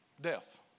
death